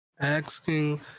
asking